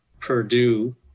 Purdue